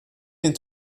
sind